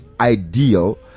Ideal